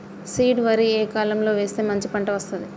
Seed వరి ఏ కాలం లో వేస్తే మంచి పంట వస్తది?